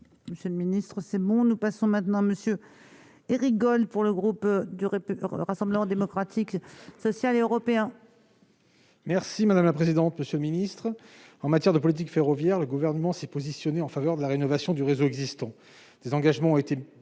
Monsieur le ministre, c'est bon, nous passons maintenant Monsieur et rigole pour le groupe, du pu Rassemblement démocratique social et européen. Merci madame la présidente, monsieur le ministre, en matière de politique ferroviaire : le gouvernement s'est positionné en faveur de la rénovation du réseau existant,